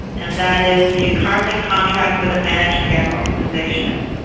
and that is do you currently contract with a managed care organization?